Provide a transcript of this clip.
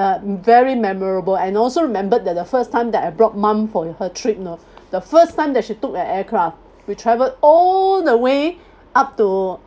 uh very memorable I also remembered that the first time that I brought mum for her trip you know the first time that she took the aircraft we travelled all the way up to